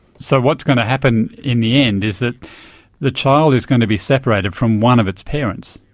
so what's going to happen in the end is that the child is going to be separated from one of its parents.